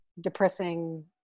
depressing